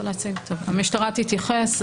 המשטרה תתייחס.